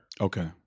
okay